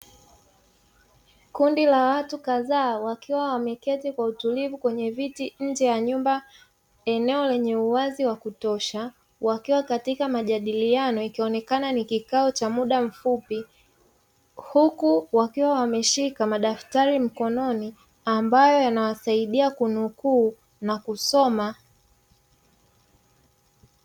Kundi la watu kadhaa wakiwa wameketi kwa utulivu kwenye viti nje ya nyumba, eneo lenye uwazi wa kutosha wakiwa katika majadiliano ikionekana ni kikao cha muda mfupi, huku wakiwa wameshika madaftari mkononi ambayo yanawasaidia kunukuu na kusoma.